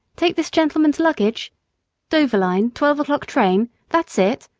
take this gentleman's luggage dover line twelve o'clock train that's it,